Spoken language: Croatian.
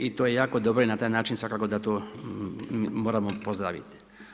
I to je jako dobro i na taj način svakako da to moramo pozdraviti.